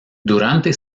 durante